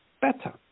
better